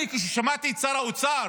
כששמעתי את שר האוצר